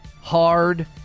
hard